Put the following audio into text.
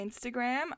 Instagram